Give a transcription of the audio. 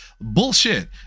Bullshit